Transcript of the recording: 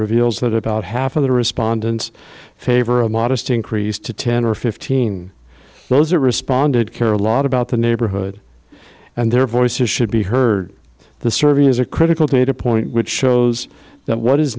reveals that about half of the respondents favor a modest increase to ten or fifteen closer responded care a lot about the neighborhood and their voices should be heard the survey is a critical data point which shows that what is